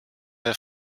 der